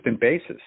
basis